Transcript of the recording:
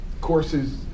courses